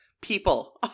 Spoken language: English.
people